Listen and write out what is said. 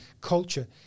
culture